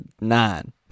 nine